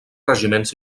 regiments